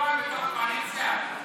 בתוך הקואליציה,